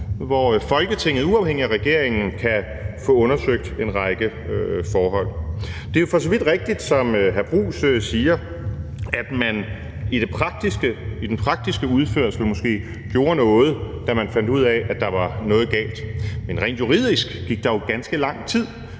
hvor Folketinget uafhængigt af regeringen kan få undersøgt en række forhold. Det er for så vidt rigtigt, som hr. Jeppe Bruus siger, at man i den praktiske udførsel gjorde noget, da man fandt ud af, at der var noget galt. Men rent juridisk gik der jo ganske lang tid,